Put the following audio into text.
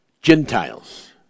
Gentiles